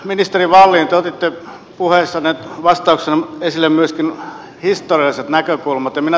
ministeri wallin te otitte puheissanne vastauksena esille myöskin historialliset näkökulmat